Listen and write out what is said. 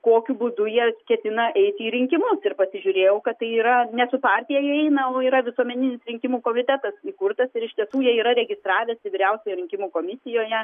kokiu būdu jie ketina eiti į rinkimus ir pasižiūrėjau kad tai yra ne su partija jie eina o yra visuomeninis rinkimų komitetas įkurtas ir iš tiesų jie yra registravęsi vyriausioje rinkimų komisijoje